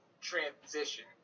transition